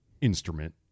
instrument